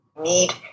need